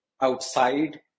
outside